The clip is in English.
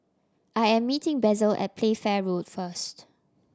I am meeting Basil at Playfair Road first